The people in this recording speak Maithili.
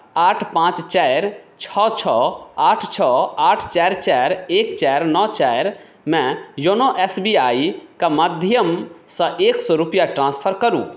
आठ पाँच चारि छओ छओ आठ छओ आठ चारि चारि एक चारि नओ चारिमे योनो एस बी आइ क माध्यमसँ एक सए रुपैआ ट्रान्सफर करू